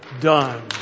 done